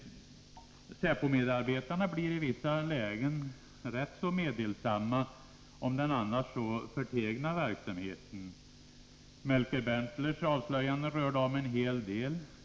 Säpo-medarbetarna blir i vissa lägen rätt så meddelsamma om den verksamhet som man annars är så förtegen om. Melker Berntlers avslöjanden rörde om en hel del.